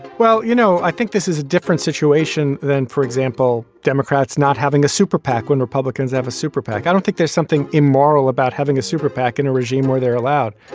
well, you know, i think this is a different situation than, for example, democrats not having a superpac when republicans have a superpac. i don't think there's something immoral about having a superpac in a regime where they're allowed.